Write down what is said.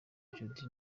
jody